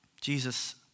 Jesus